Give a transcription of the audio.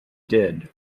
did